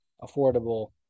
affordable